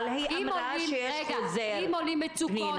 אבל היא אמרה שיש חוזר, פנינה.